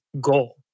goal